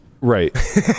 Right